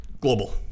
global